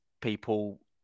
people